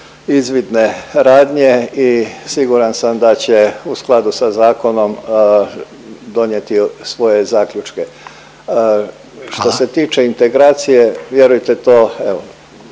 izvidne radnje i siguran sam da će u skladu sa zakonom donijeti svoje zaključke. …/Upadica Reiner: Hvala./… Što se tiče integracije vjerujte to evo